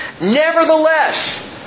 Nevertheless